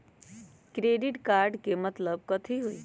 Credit card के मतलब कथी होई?